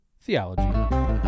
Theology